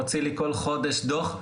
מוציא לי כל חודש דוח,